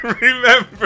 remember